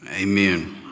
Amen